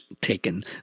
taken